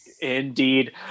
Indeed